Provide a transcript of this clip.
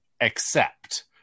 accept